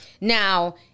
Now